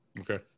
Okay